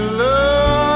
love